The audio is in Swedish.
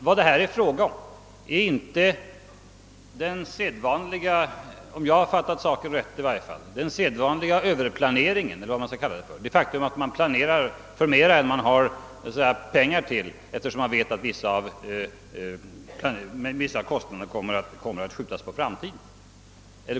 Vad det här är fråga om är inte — om jag fattade saken rätt — den sedvanliga överplaneringen, att man har planerat för mera än vad man har pengar till. Det gör man runtinmässigt beroende på att vissa av kostnaderna kommer att skjutas på framtiden.